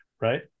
right